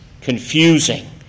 confusing